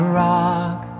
rock